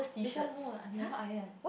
this one no I never iron